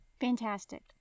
Fantastic